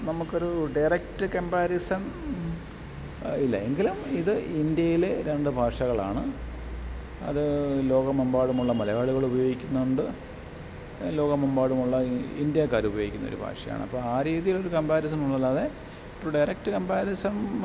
നമുക്കൊരൂ direct comparison ഇല്ല എങ്കിലും ഇത് ഇന്ത്യയിലെ രണ്ട് ഭാഷകളാണ് അത് ലോകമെമ്പാടുമുള്ള മലയാളികൾ ഉപയോഗിക്കുന്നുണ്ട് ലോകമെമ്പാടുമുള്ള ഇന്ത്യക്കാരും ഉപയോഗിക്കുന്നൊരു ഭാഷയാണ് അപ്പം ആ രീതീലൊരു കംപാരിസൺ ഉള്ളതല്ലാതെ ടു ഡയറക്ട് കംപാരിസം